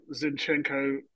Zinchenko